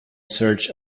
search